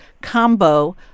combo